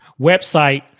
website